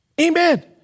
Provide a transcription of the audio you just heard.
Amen